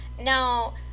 Now